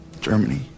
Germany